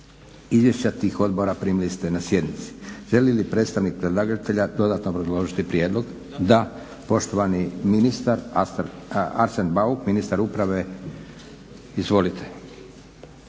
Izvješća tih odbora primili ste na sjednici. Želi li predstavnik predlagatelje dodatno obrazložiti prijedlog? Da. Poštovani ministar Arsen Bauk, ministar uprave. Izvolite.